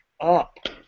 up